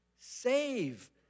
save